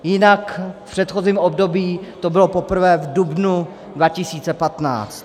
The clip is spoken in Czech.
Jinak v předchozím období to bylo poprvé v dubnu 2015.